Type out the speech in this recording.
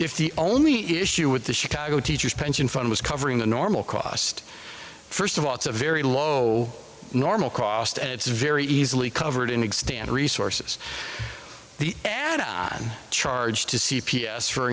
if the only issue with the chicago teachers pension fund was covering the normal cost first of all it's a very low normal crossed and it's very easily covered in extend resources the charge to c p s for